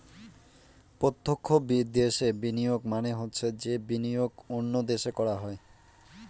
প্রত্যক্ষ বিদেশে বিনিয়োগ মানে হচ্ছে যে বিনিয়োগ অন্য দেশে করা হয়